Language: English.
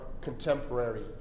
contemporary